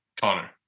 Connor